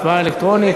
הצבעה אלקטרונית.